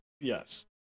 yes